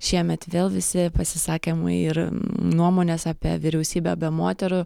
šiemet vėl visi pasisakymai ir nuomonės apie vyriausybę be moterų